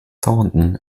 thornton